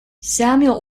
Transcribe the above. samuel